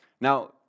Now